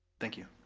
thank you.